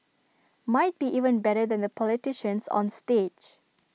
might be even better than the politicians on stage